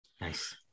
nice